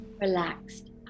relaxed